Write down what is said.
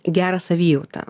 gerą savijautą